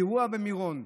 האירוע במירון.